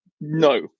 no